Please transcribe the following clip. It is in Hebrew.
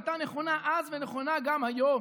היא הייתה נכונה אז ונכונה גם היום,